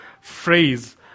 phrase